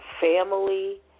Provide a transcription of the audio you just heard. family